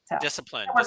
Discipline